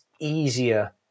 easier